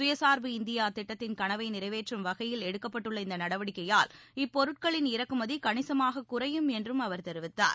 சுயசா்பு இந்தியாதிட்டத்தின் கனவைநிறைவேற்றும் வகையில் எடுக்கப்பட்டுள்ள இந்தநடவடிக்கையால் இப்பொருட்களின் இறக்குமதிகணிசமாககுறையும் என்றும் அவர் தெரிவித்தார்